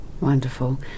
Wonderful